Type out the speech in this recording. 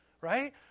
right